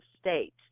state